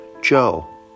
Joe